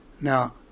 Now